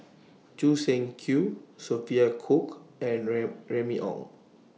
Choo Seng Quee Sophia Cooke and Remy Ong